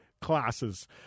classes